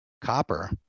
copper